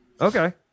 Okay